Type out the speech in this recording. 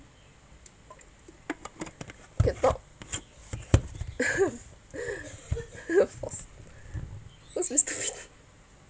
can talk who is coming now